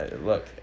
Look